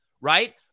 right